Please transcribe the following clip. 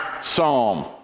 psalm